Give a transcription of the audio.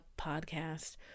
podcast